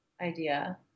idea